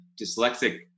dyslexic